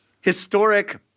historic